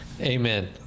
Amen